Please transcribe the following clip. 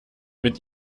mit